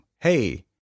Hey